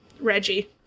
Reggie